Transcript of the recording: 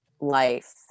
life